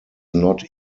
not